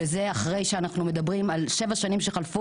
וזה אחרי שאנחנו מדברים על שבע שנים שחלפו